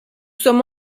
sommes